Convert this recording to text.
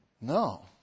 No